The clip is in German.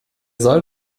soll